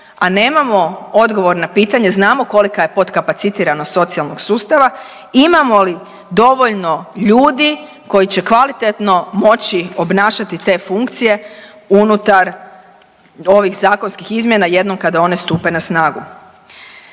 a nemamo odgovor na pitanje znamo kolika je podkapacitiranost socijalnog sustava, imamo li dovoljno ljudi koji će kvalitetno moći obnašati te funkcije unutar ovih zakonskih izmjena jednom kada one stupe na snagu.